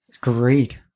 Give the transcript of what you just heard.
Great